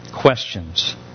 questions